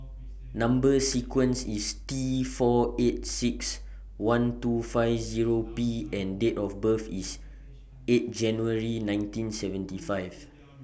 Number sequence IS T four eight six one two five Zero P and Date of birth IS eight January nineteen seventy five